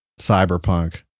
cyberpunk